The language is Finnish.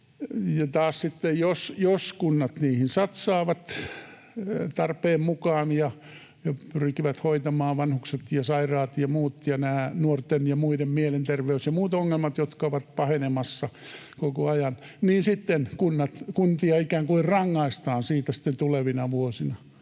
jos kunnat niihin satsaavat tarpeen mukaan ja pyrkivät hoitamaan vanhukset ja sairaat ja muut ja nämä nuorten ja muiden mielenterveys- ja muut ongelmat, jotka ovat pahenemassa koko ajan, niin sitten kuntia ikään kuin rangaistaan siitä tulevina vuosina.